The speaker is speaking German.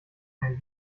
kein